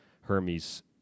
Hermes